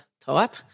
type